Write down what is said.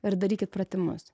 ir darykit pratimus